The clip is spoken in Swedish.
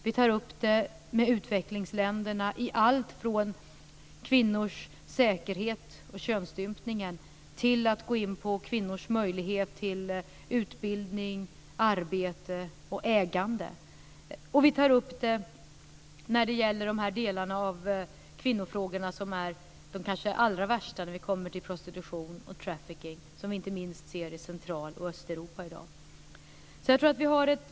Vi tar upp det med utvecklingsländerna, om allt från kvinnors säkerhet och könsstympningen till kvinnors möjlighet till utbildning, arbete och ägande. Vi tar upp det när det gäller de delar av kvinnofrågorna som kanske är de allra värsta, som prostitution och trafficing, som vi ser inte minst i Central och Östeuropa i dag.